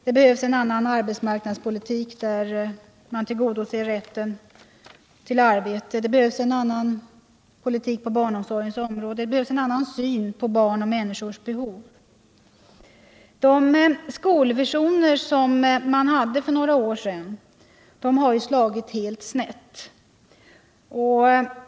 Det behövs en annan arbetsmarknadspolitik, där man tillgodoser rätten till arbete. Det behövs också en annan politik på barnomsorgens område och en annan syn på barns och människors behov. De skolvisioner man hade för några år sedan har slagit helt snett.